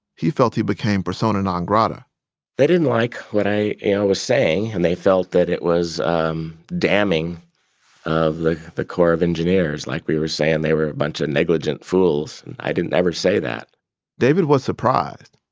he felt he became persona non grata they didn't like what i and was saying, and they felt that it was um damning of like the corps of engineers. like, we were saying they were a bunch of negligent fools. and i didn't ever say that david was surprised.